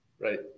Right